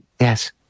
yes